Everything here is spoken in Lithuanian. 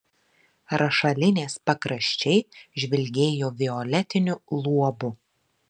rašalinės pakraščiai žvilgėjo violetiniu luobu